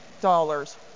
dollars